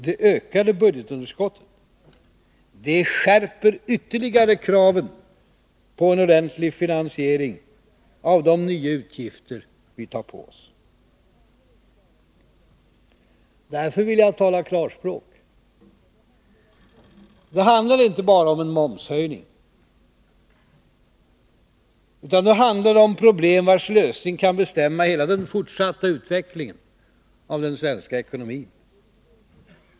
Det ökade budgetunderskottet skärper ytterligare kraven på en ordentlig finansiering av de nya utgifter vi tar på oss. Därför vill jag tala klarspråk. Det handlar inte bara om en momshöjning, utan nu handlar det också om problem vars lösning kan bestämma hela den fortsatta utvecklingen av den svenska ekonomin.